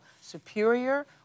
superior